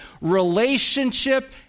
relationship